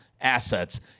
assets